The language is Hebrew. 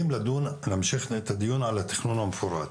לדון ולהמשיך את הדיון על התכנון המפורט.